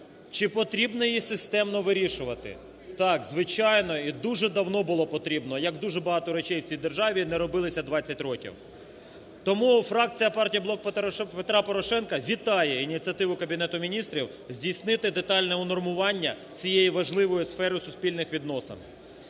Чи потрібно її системно вирішувати? Так, звичайно і дуже давно було потрібно, як дуже багато речей в цій державі не робилися 20 років. Тому фракція партії "Блоку Петра Порошенка" вітає ініціативу Кабінету Міністрів, здійснити детальне унормування цієї важливої сфери суспільних відносин,